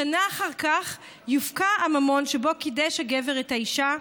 שנה אחר כך יופקע הממון שבו קידש הגבר את האישה,